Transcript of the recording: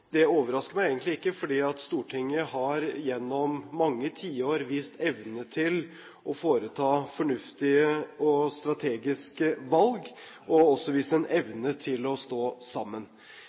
Det overrasker meg egentlig ikke, for Stortinget har gjennom mange tiår vist evne til å foreta fornuftige og strategiske valg og også vist en evne til å stå sammen.